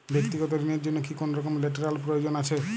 ব্যাক্তিগত ঋণ র জন্য কি কোনরকম লেটেরাল প্রয়োজন আছে?